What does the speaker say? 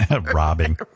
Robbing